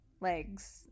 legs